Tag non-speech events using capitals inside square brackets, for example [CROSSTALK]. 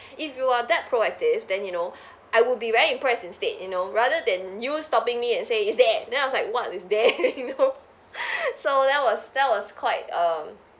if you are that proactive then you know I would be very impressed instead you know rather than you stopping me and say it's there then I was like what is there [LAUGHS] you know [LAUGHS] so that was that was quite um